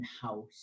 house